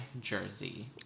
Jersey